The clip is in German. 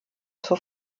zur